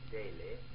daily